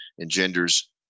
engenders